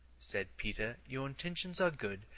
said peter your intentions are good,